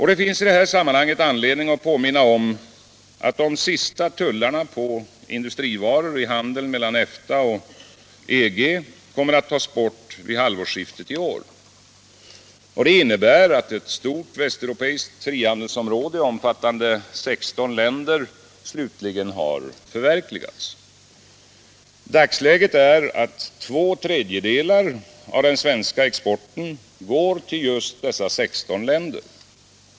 Det finns i detta sammanhang anledning att påminna om att de sista tullarna på industrivaror i handeln mellan EFTA och EG kommer att tas bort vid halvårsskiftet i år. Det innebär att tanken på ett stort västeuropeiskt frihandelsområde, omfattande 16 länder, slutligen har förverkligats. Dagsläget är att två tredjedelar av den svenska exporten går till just dessa 16 länder.